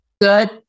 Good